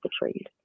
betrayed